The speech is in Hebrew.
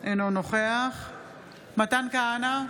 אינו נוכח מתן כהנא,